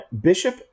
bishop